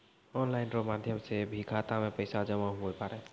online रो माध्यम से भी खाता मे पैसा जमा हुवै पारै